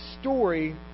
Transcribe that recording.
story